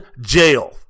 jail